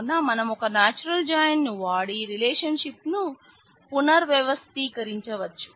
కావున మనం ఒక నాచురల్ జాయిన్ వాడి రిలేషన్షిప్ ను పునర్వ్యవస్థీకరించవచ్చు